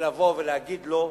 ולהגיד לו: